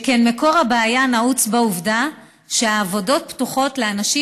שכן מקור הבעיה נעוץ בעובדה שהעבודות הפתוחות לאנשים